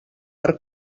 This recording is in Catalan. per